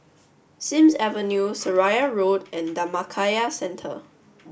Sims Avenue Seraya Road and Dhammakaya Centre